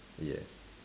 yes